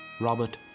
Robert